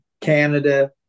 Canada